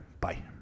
Bye